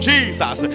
Jesus